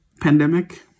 pandemic